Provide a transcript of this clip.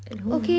at home